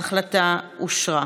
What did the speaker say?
ההחלטה אושרה.